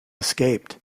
escaped